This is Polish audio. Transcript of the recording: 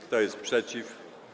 Kto jest przeciw?